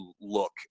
look